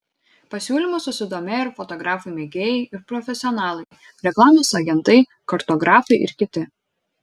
pasiūlymu susidomėjo ir fotografai mėgėjai ir profesionalai reklamos agentai kartografai ir kiti